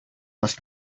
was